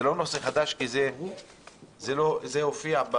זה לא הופיע,